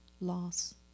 loss